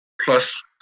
plus